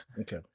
Okay